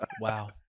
Wow